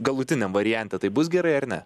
galutiniam variante tai bus gerai ar ne